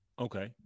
Okay